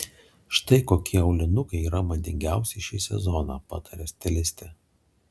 štai kokie aulinukai yra madingiausi šį sezoną pataria stilistė